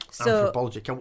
anthropology